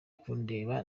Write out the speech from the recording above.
kundeba